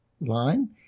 line